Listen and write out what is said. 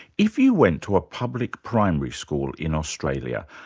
if you went to a public primary school in australia,